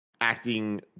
acting